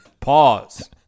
pause